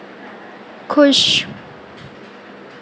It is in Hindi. खुश